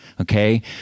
Okay